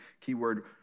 Keyword